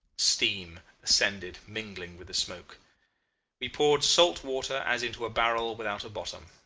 steam ascended mingling with the smoke. we poured salt water as into a barrel without a bottom.